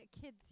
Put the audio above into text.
kids